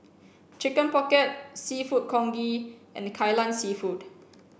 chicken pocket seafood congee and Kai Lan Seafood